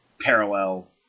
parallel